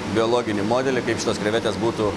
biologinį modelį kaip šitos krevetės būtų